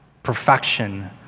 Perfection